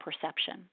perception